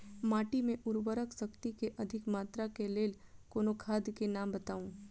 माटि मे उर्वरक शक्ति केँ अधिक मात्रा केँ लेल कोनो खाद केँ नाम बताऊ?